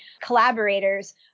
collaborators